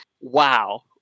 wow